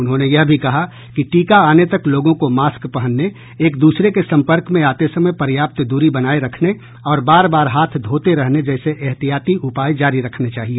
उन्होंने यह भी कहा कि टीका आने तक लोगों को मास्क पहनने एक दूसरे के संपर्क में आते समय पर्याप्त दूरी बनाये रखने और बार बार हाथ धोते रहने जैसे एहतियाती उपाय जारी रखने चाहिए